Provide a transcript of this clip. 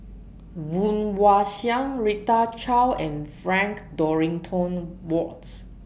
Woon Wah Siang Rita Chao and Frank Dorrington Wards